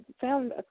found